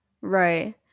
right